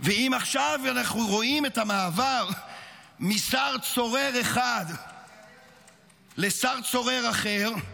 ואם עכשיו אנחנו רואים את המעבר משר צורר אחד לשר צורר אחר,